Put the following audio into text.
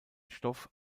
stoff